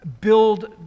build